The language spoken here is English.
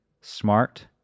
smart